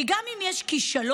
כי גם אם יש כישלון,